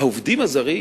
העובדים הזרים